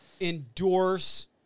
endorse